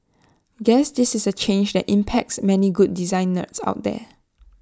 guess this is A change that impacts many good design nerds out there